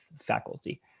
faculty